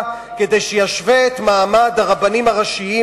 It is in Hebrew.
כדי להשוות את מעמד הרבנים הראשיים,